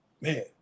man